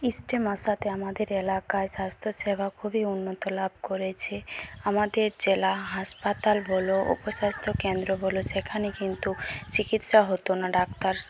stem আসাতে আমাদের এলাকায় স্বাস্থ্যসেবা খুবই উন্নত লাভ করেছে আমাদের জেলা হাসপাতাল বলো উপস্বাস্থ্য কেন্দ্র বলো সেখানে কিন্তু চিকিৎসা হতো না ডাক্তার